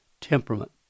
temperament